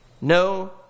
no